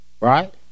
Right